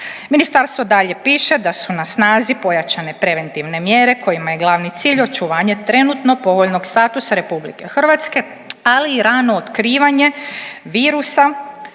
Ministarstvo dalje piše da su na snazi pojačane preventivne mjere kojima je glavni cilj očuvanje trenutno povoljnog statusa RH, ali rano otkrivanje virusa